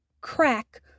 crack